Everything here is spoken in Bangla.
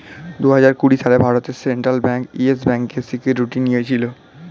দুহাজার কুড়ি সালে ভারতের সেন্ট্রাল ব্যাঙ্ক ইয়েস ব্যাঙ্কের সিকিউরিটি নিয়েছিল